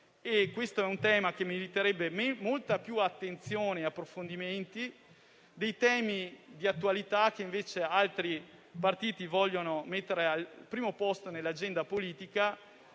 Il tema meriterebbe molta più attenzione e approfondimenti di quelli di attualità che, invece, altri partiti vogliono mettere al primo posto nell'agenda politica,